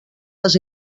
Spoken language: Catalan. les